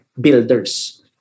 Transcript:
builders